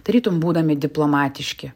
tarytum būdami diplomatiški